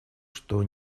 что